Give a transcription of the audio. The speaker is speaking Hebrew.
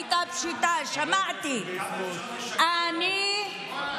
זה ארגוני פשיעה שיש להם צבא, צבא שלם שפועל